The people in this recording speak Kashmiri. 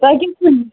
تۄہہِ کیٛاہ چھُو